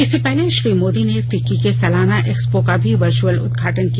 इससे पहले श्री मोदी ने फिक्की के सालाना एक्सपो का भी वर्च्यअल उदघाटन किया